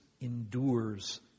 endures